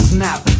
Snap